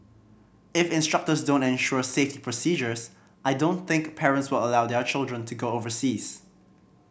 if instructors don't ensure safety procedures I don't think parents will allow their children to go overseas